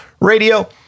Radio